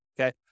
Okay